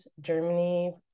Germany